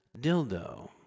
Dildo